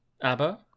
ABBA